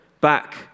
back